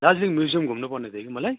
Darjeeling museum घुम्नुपर्ने थियो कि मलाई